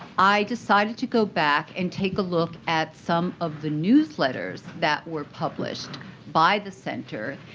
i decided to go back and take a look at some of the newsletters that were published by the center.